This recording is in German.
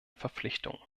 verpflichtungen